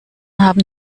haben